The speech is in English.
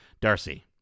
Darcy